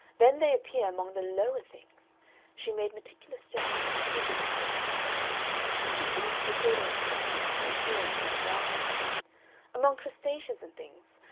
then they appear among the lower things she made meticulous gestures to figure the scale of life she seemed to be holding up specimens, and peering through her glasses at them among crustaceans and things,